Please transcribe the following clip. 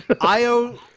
Io